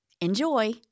Enjoy